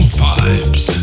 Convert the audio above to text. vibes